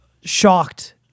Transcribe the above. shocked